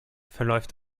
verläuft